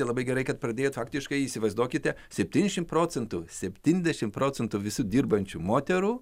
labai gerai kad pradėjo taktiškai įsivaizduokite septyniasdešim procentų septyniasdešim procentų visų dirbančių moterų